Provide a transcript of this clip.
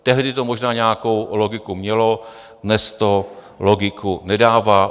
Tehdy to možná nějakou logiku mělo, dnes to logiku nedává.